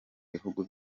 bihugu